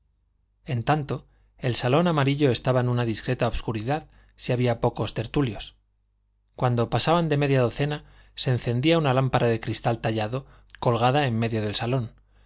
en tanto el salón amarillo estaba en una discreta obscuridad si había pocos tertulios cuando pasaban de media docena se encendía una lámpara de cristal tallado colgada en medio del salón